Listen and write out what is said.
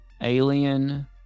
Alien